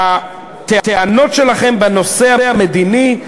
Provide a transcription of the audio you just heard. הטענות שלכם בנושא המדיני,